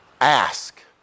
ask